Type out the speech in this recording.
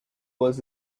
was